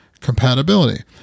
compatibility